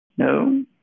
No